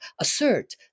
assert